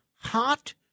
hot